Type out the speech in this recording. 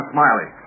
Smiley